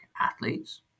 athletes